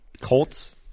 Colts